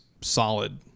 solid